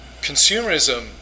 consumerism